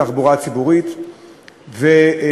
בתחבורה הציבורית ובכבישים,